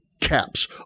caps